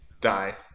die